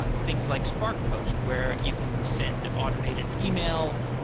but things like sparkpost, where you can send automated email.